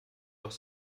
doch